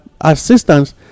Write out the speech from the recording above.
assistance